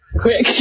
quick